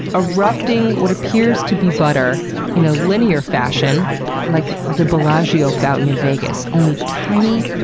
erupting what appears to be butter in a linear fashion like the bellagio fountain in vegas only tiny,